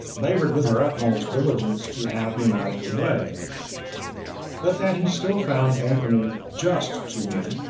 labored with her utmost diligence to have him out of the way but that he still found antony just to him,